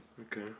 okay